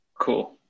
Cool